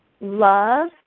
love